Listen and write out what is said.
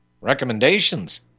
Recommendations